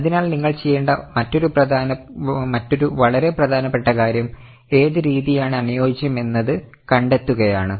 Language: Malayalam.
അതിനാൽ നിങ്ങൾ ചെയ്യേണ്ട മറ്റൊരു വളരെ പ്രധാനപ്പെട്ട കാര്യം ഏത് രീതിയാണ് അനുയോജ്യമെന്നത് കണ്ടെത്തുകയാണ്